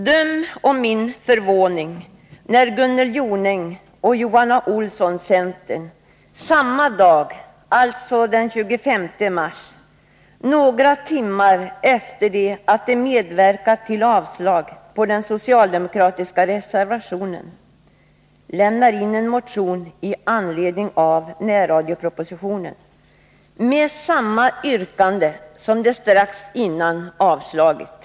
Döm om min förvåning, när Gunnel Jonäng och Johan A. Olsson, centern, samma dag, några timmar efter det att de medverkat till Nr 162 avslag på socialdemokraternas reservation, lämnade in en motion i anledning Onsdagen den av närradiopropositionen — med samma yrkande som de strax innan 2 juni 1982 avslagit!